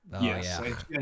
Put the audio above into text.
yes